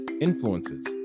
influences